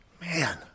Man